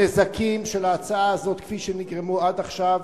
הנזקים של ההצעה הזאת, כפי שהם נגרמו עד עכשיו,